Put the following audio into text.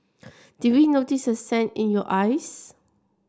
did we notice the sand in your eyes